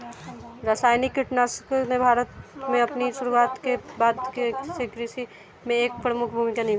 रासायनिक कीटनाशकों ने भारत में अपनी शुरूआत के बाद से कृषि में एक प्रमुख भूमिका निभाई है